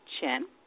Chen